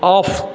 off